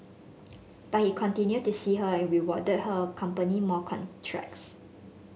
but he continued to see her and rewarded her company more contracts